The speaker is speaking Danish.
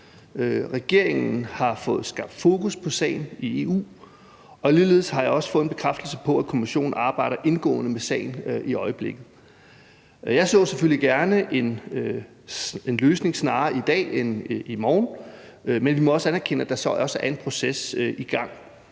Regeringen har fået skabt fokus på sagen i EU. Og ligeledes har jeg også fået en bekræftelse på, at Kommissionen arbejder indgående med sagen i øjeblikket. Jeg så selvfølgelig gerne en løsning snarere i dag end i morgen, men vi må også anerkende, at der er en proces i gang.